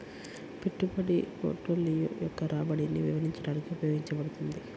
పెట్టుబడి పోర్ట్ఫోలియో యొక్క రాబడిని వివరించడానికి ఉపయోగించబడుతుంది